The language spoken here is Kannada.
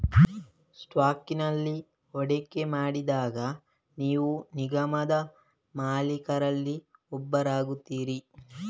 ಸ್ಟಾಕಿನಲ್ಲಿ ಹೂಡಿಕೆ ಮಾಡಿದಾಗ ನೀವು ನಿಗಮದ ಮಾಲೀಕರಲ್ಲಿ ಒಬ್ಬರಾಗುತ್ತೀರಿ